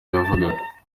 yavugaga